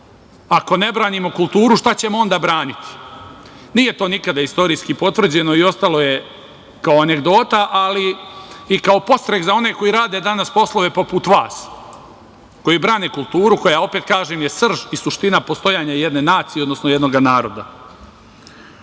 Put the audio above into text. ako ne branimo kulturu, šta ćemo onda braniti? Nije to nikada istorijski potvrđeno i ostalo je, kao anegdota, ali i kao podstrek za one koji rade danas poslove poput vas, koji brane kulturu, koja, opet kažem, je srž i suština postojanja jedne nacije, odnosno jednog naroda. Naime,